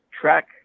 track